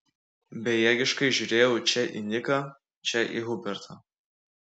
bejėgiškai žiūrėjau čia į niką čia į hubertą